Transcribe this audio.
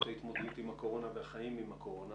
ההתמודדות עם הקורונה וחיים עם הקורונה